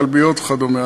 כלביות וכדומה.